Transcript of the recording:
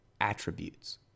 attributes